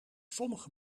sommige